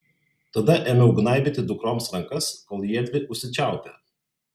tada ėmiau gnaibyti dukroms rankas kol jiedvi užsičiaupė